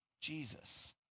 Jesus